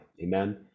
amen